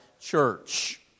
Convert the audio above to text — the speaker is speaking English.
church